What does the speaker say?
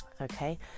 Okay